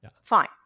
Fine